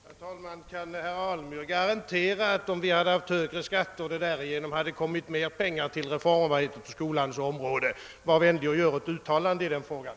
Herr talman! Kan herr Alemyr garantera att det, om vi hade haft högre skatter, anslagits mer pengar till reformarbete på skolans område? Var vänlig gör ett uttalande i den frågan!